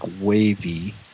wavy